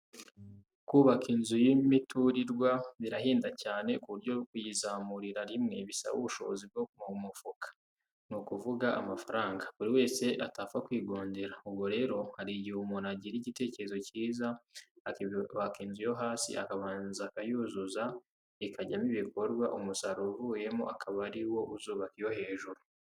Kubaka inzu y'umuturirwa birahenda cyane, ku buryo kuyizamurira rimwe bisaba ubushobozi bwo mu mufuka, ni ukuvuga amafaranga, buri wese atapfa kwigondera, ubwo rero hari igihe umuntu agira igitekerezo cyiza, akubaka inzu yo hasi akabanza akayuzuza, ikajyamo ibikorwa, umusaruro uvuyemo akaba ari wo uzubaka iyo hejuru.